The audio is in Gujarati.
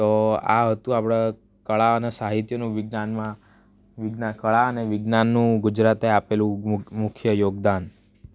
તો આ હતું આપણા કળા અને સાહિત્યનું વિજ્ઞાનમાં વિજ્ઞાન કળા અને વિજ્ઞાનનું ગુજરાતે આપેલું મુખ્ય યોગદાન